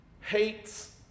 hates